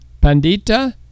Pandita